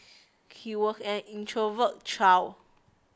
he was an introverted child